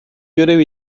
görev